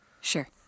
Sure